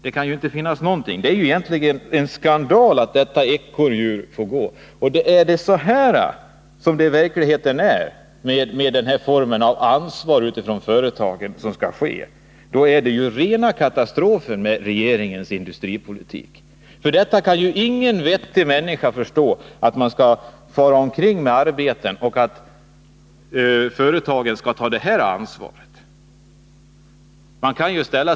Egentligen är det en skandal att detta ekorrhjul får snurra. Är det så här i verkligheten med den här formen av ansvar hos företagen, då är det ju rena katastrofen med regeringens industripolitik. Ingen vettig människa kan väl förstå att man skall fara omkring med arbeten och att företagen skall ta sitt ansvar på det här sättet.